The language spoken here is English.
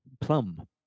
plum